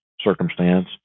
circumstance